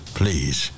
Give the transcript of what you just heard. please